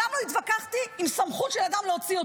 מעולם לא התווכחתי עם סמכות של אדם להוציא אותי.